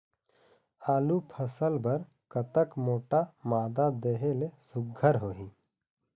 आलू फसल बर कतक मोटा मादा देहे ले सुघ्घर होही?